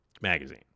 magazine